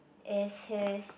is he